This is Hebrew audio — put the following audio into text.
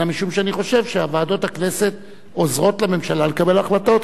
אלא משום שאני חושב שוועדות הכנסת עוזרות לממשלה לקבל החלטות,